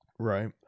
Right